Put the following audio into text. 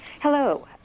Hello